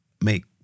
make